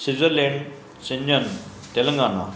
Switzerland सिंजन तेलंगाना